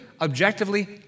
objectively